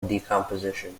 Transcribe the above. decomposition